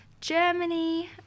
Germany